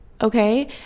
okay